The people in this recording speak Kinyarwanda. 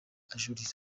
ajurira